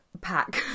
pack